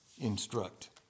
instruct